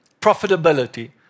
profitability